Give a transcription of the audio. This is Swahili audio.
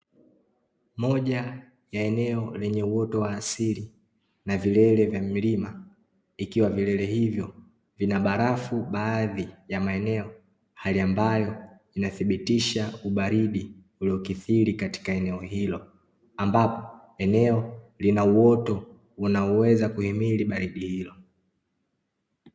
Moja ya eneo lenye uoto wa asili na vilele vya milima, ikiwa vilele hivyo vina barafu baadhi ya maeneo, hali ambayo inathibitisha ubaridi uliokithiri katika eneo hilo, ambapo eneo lina uoto unaoweza kuhimili baridi hilo.